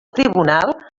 tribunal